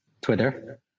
Twitter